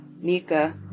Nika